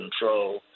control